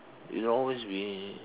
it'll always be